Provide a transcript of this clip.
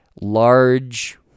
large